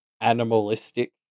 animalistic